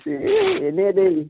এনে